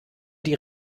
die